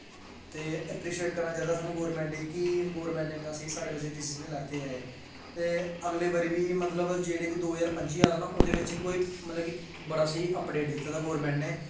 ते ऐप्रिशे'ट करनां चाही दा साह्नू गौरमैंट गी कि गौरमैंट नै इन्ने स्हेई साढ़े बास्तै डसिज़न लैत्ते ऐं ते अगले बारी बी जेह्ड़ी बी दो ज्हार पंजी आदा ना ओह्दे बिच्च बी कोई ना बड़ा स्हेई अपडेट दित्ते दा गौरमैंट नै